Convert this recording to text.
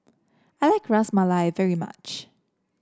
I like Ras Malai very much